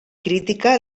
crítica